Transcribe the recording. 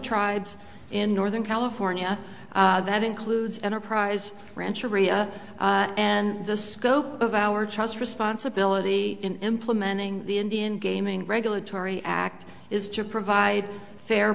tribes in northern california that includes enterprise ranch urrea and just scope of our trust responsibility in implementing the indian gaming regulatory act is to provide fair